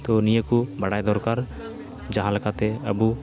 ᱛᱳ ᱱᱤᱭᱟᱹᱠᱩ ᱵᱟᱲᱟᱭ ᱫᱚᱨᱠᱟᱨ ᱡᱟᱦᱟᱸ ᱞᱮᱠᱟᱛᱮ ᱟᱵᱚ